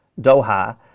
Doha